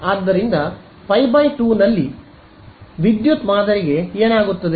ಆದ್ದರಿಂದ ಪೈ 2 ನಲ್ಲಿ ವಿದ್ಯುತ್ ಮಾದರಿಗೆ ಏನಾಗುತ್ತದೆ